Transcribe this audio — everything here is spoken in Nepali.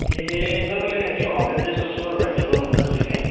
ए तपाईँले त्यो हन्ड्रेड डेजको सुपरभाइजर गर्नुहुँदो रहेछ नि है